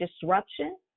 disruption